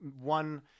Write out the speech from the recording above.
one